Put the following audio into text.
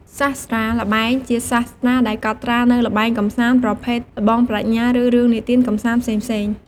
សាស្ត្រាល្បែង ជាសាស្ត្រាដែលកត់ត្រានូវល្បែងកម្សាន្ត ប្រភេទល្បងប្រាជ្ញា ឬរឿងនិទានកម្សាន្តផ្សេងៗ។